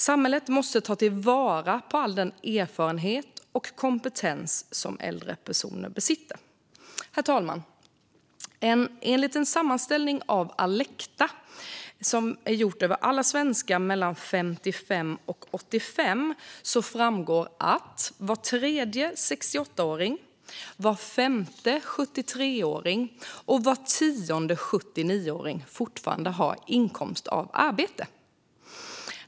Samhället måste ta vara på all erfarenhet och kompetens som äldre personer besitter. Herr talman! Av en sammanställning som Alecta har gjort över alla svenskar mellan 55 och 85 år framgår att var tredje 68-åring, var femte 73åring och var tionde 79-åring fortfarande har inkomst av arbete.